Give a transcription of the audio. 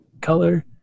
color